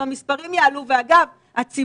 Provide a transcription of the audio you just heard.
אמרנו ואמרנו ואמרנו וניסינו בכל הדרכים,